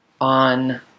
on